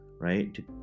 right